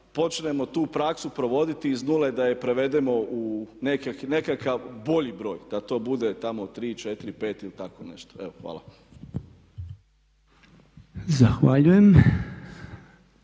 počnemo tu praksu provoditi iz 0 da je provedemo u nekakav bolji broj, da to bude tamo 3, 4, 5 ili tako nešto. Evo hvala. **Podolnjak,